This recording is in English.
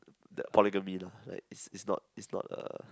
the polygamy lah like is is not is not a